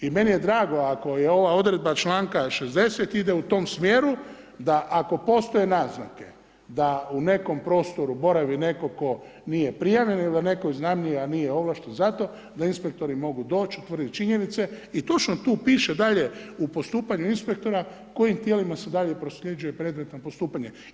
I meni je drago ako je ova odredba članka 60. ide u tom smjeru da ako postoje naznake da u nekom prostoru boravi netko tko nije prijavljen ili da ako netko iznajmljuje a nije ovlašten za to da inspektori mogu doći, utvrditi činjenice i točno tu piše dalje, u postupanju inspektora u kojim tijelima se dalje prosljeđuje predmet na postupanje.